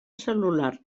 cel·lular